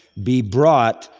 be brought,